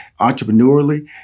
entrepreneurially